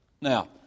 Now